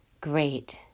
Great